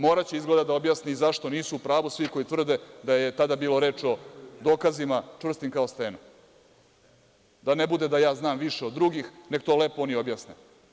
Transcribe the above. Moraće, izgleda da objasni i zašto nisu u pravu svi koji tvrde da je tada bilo reči o dokazima čvrstim kao stena, da ne bude da ja znam više od drugih, neka to lepo oni objasne.